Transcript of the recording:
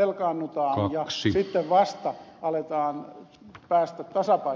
velkaannutaan ja sitten vasta aletaan päästä tasapainoon